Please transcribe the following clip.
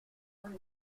j’ai